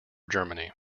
germany